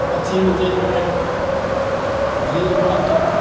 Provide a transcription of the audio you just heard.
अथीमे जेबय भीड़ बड्ड